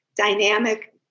dynamic